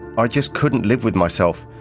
ah just couldn't live with myself.